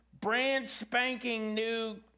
brand-spanking-new